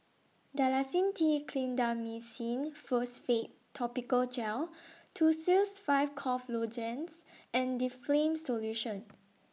Dalacin T Clindamycin Phosphate Topical Gel Tussils five Cough Lozenges and Difflam Solution